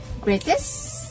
Greatest